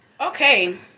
Okay